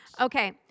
Okay